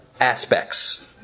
aspects